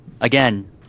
Again